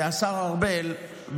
השר ארבל,